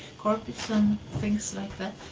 carpets and things like that